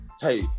Hey